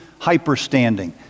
hyperstanding